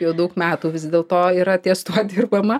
jau daug metų vis dėl to yra ties tuo dirbama